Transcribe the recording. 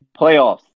Playoffs